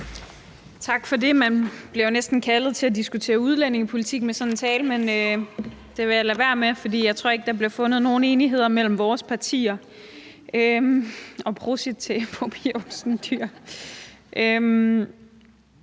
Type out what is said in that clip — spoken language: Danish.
Tak for det. Man kan jo næsten føle sig kaldet til at diskutere udlændingepolitik med sådan en tale, men det vil jeg lade være med, for jeg tror ikke, der bliver fundet nogen enighed mellem vores partier. Det er jo hverken